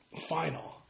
final